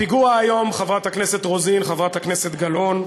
הפיגוע היום, חברת הכנסת רוזין, חברת הכנסת גלאון,